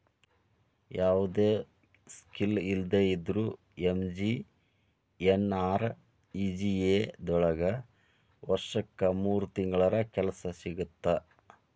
ಯಾವ್ದು ಸ್ಕಿಲ್ ಇಲ್ದೆ ಇದ್ರೂ ಎಂ.ಜಿ.ಎನ್.ಆರ್.ಇ.ಜಿ.ಎ ದೊಳಗ ವರ್ಷಕ್ ಮೂರ್ ತಿಂಗಳರ ಕೆಲ್ಸ ಸಿಗತ್ತ